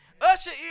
usher